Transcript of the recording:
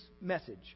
message